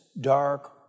dark